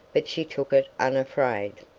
but she took it unafraid.